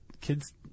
kids